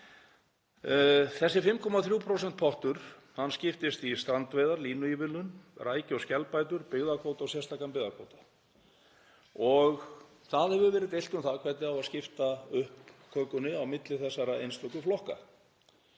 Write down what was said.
Þessi 5,3% pottur skiptist í strandveiðar, línuívilnun, rækju- og skelbætur, byggðakvóta, sérstakan byggðakvóta og hefur verið deilt um hvernig skipta á upp kökunni á milli þessara einstöku flokka.